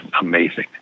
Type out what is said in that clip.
amazing